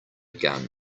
gun